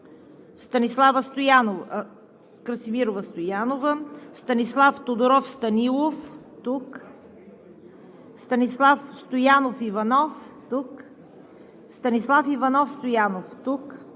Станислава Красимирова Стоянова - тук Станислав Тодоров Станилов - тук Станислав Стоянов Иванов - тук Станислав Иванов Стоянов - тук